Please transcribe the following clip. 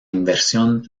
inversión